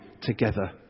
together